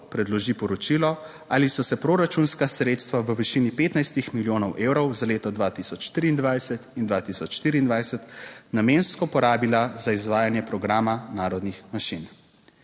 predloži poročilo, ali so se proračunska sredstva v višini 15 milijonov evrov za leto 2023 in 2024 namensko porabila za izvajanje programa narodnih manjšin.